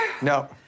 No